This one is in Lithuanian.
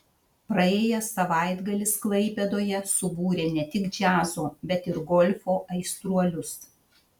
praėjęs savaitgalis klaipėdoje subūrė ne tik džiazo bet ir golfo aistruolius